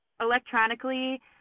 electronically